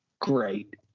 great